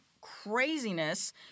craziness